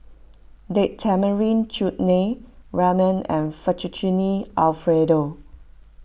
Date Tamarind Chutney Ramen and Fettuccine Alfredo